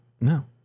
No